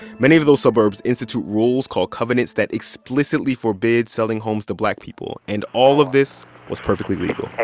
many of those suburbs institute rules, called covenants, that explicitly forbid selling homes to black people. and all of this was perfectly legal.